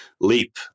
leap